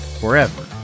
forever